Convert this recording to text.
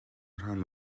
rhan